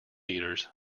eaters